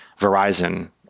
Verizon